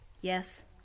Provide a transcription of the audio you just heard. Yes